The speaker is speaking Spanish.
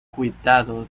cuitado